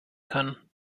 kann